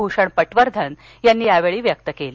भूषण पटवर्धन यांनी यावेळी व्यक्त केली